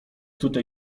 tutaj